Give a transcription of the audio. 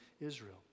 Israel